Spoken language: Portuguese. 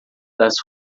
das